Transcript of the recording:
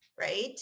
right